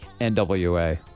NWA